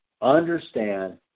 understand